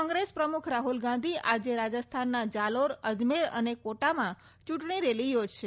કોંગ્રેસ પ્રમુખ રાહુલ ગાંધી આજે રાજસ્થાનના જાલોર અજમેર અને કોટામાં ચૂંટણી રેલી યોજશે